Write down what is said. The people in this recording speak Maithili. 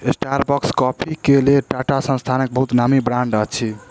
स्टारबक्स कॉफ़ी के लेल टाटा संस्थानक बहुत नामी ब्रांड अछि